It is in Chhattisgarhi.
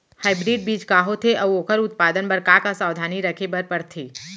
हाइब्रिड बीज का होथे अऊ ओखर उत्पादन बर का का सावधानी रखे बर परथे?